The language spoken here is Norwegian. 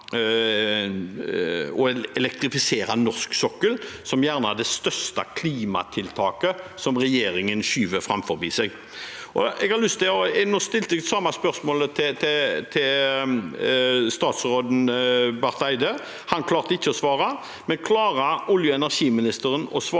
og å elektrifisere norsk sokkel som det største klimatiltaket som regjeringen skyver foran seg. Jeg stilte det samme spørsmålet til statsråd Barth Eide, og han klarte ikke å svare, men klarer olje- og energiministeren å svare